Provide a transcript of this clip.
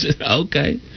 Okay